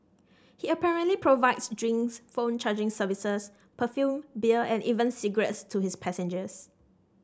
he apparently provides drinks phone charging services perfume beer and even cigarettes to his passengers